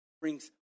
brings